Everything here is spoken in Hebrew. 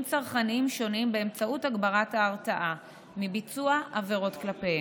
צרכניים שונים באמצעות הגברת ההרתעה מביצוע עבירות כלפיהם.